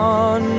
on